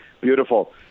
Beautiful